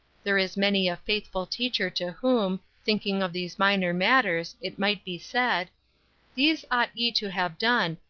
there is many a faithful teacher to whom, thinking of these minor matters, it might be said these ought ye to have done,